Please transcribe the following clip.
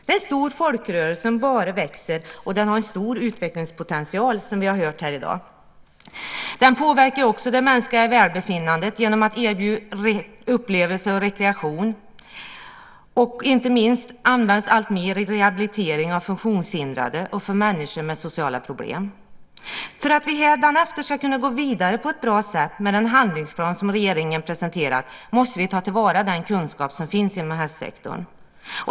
Det är en stor folkrörelse som bara växer, och den har en stor utvecklingspotential, som vi har hört här i dag. Den påverkar också det mänskliga välbefinnandet genom att erbjuda upplevelser och rekreation. Inte minst används hästen alltmer i rehabiliteringen av funktionshindrade och för människor med sociala problem. För att vi härefter ska kunna gå vidare på ett bra sätt med den handlingsplan som regeringen presenterat måste vi ta till vara den kunskap som finns inom hästsektorn.